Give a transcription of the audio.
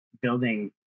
building